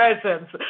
presence